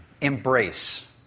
embrace